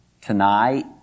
tonight